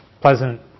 pleasant